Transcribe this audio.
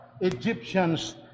Egyptians